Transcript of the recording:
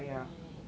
right